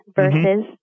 versus